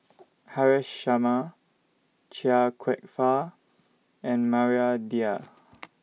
Haresh Sharma Chia Kwek Fah and Maria Dyer